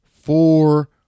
four